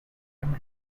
and